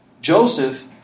Joseph